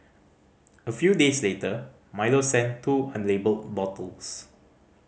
a few days later Milo sent two unlabelled bottles